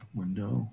window